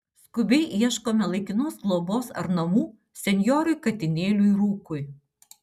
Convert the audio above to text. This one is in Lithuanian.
skubiai ieškome laikinos globos ar namų senjorui katinėliui rūkui